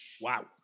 Wow